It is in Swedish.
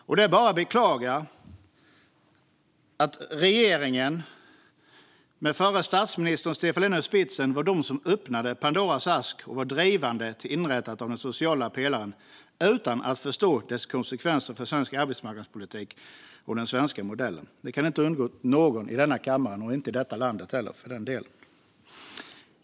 Det är bara att beklaga att regeringen, med förre statsministern Stefan Löfven i spetsen, öppnade Pandoras ask och var drivande i inrättandet av den sociala pelaren utan att förstå dess konsekvenser för svensk arbetsmarknadspolitik och den svenska modellen. Det kan inte ha undgått någon i kammaren eller i landet.